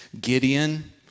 Gideon